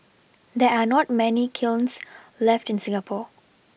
there 're not many kilns left in Singapore